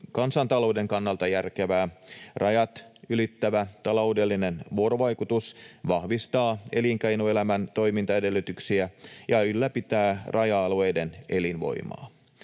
kansantalouden kannalta järkevää. Rajat ylittävä taloudellinen vuorovaikutus vahvistaa elinkeinoelämän toimintaedellytyksiä ja ylläpitää raja-alueiden elinvoimaa.